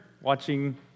watching